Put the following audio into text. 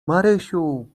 marysiu